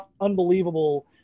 unbelievable